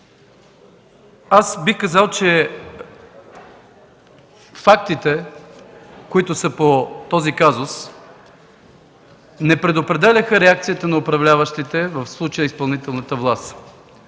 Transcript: Бих казал, че фактите по този казус не предопределяха реакцията на управляващите, в случая изпълнителната власт.